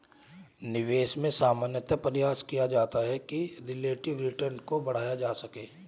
निवेश में सामान्यतया प्रयास किया जाता है कि रिलेटिव रिटर्न को बढ़ाया जा सके